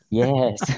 yes